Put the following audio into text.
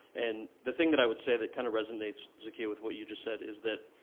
and the thing that i would say that kind of resonates, zakiya, with what you just said is that